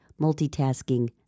multitasking